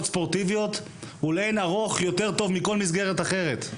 ספורט הוא לאין ערוך טוב יותר מכל מסגרת אחרת.